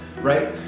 right